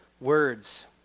words